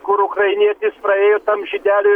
kur ukrainietis praėjo tam žydeliui